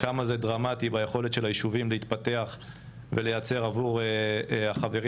כמה זה דרמטי ביכולת של היישובים להתפתח ולייצר עבור החברים